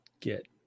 get